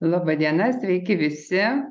laba diena sveiki visi